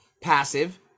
passive